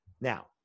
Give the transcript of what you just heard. Now